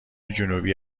جنوبی